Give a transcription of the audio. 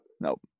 Nope